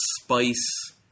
spice